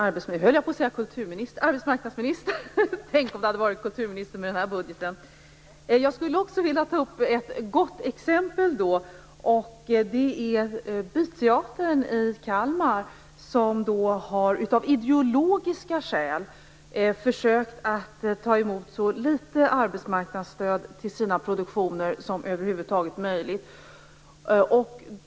Herr talman! Jag skulle också vilja peka på ett gott exempel. Byteatern i Kalmar har av ideologiska skäl försökt att ta emot så litet som möjligt i arbetsmarknadsstöd till sina produktioner.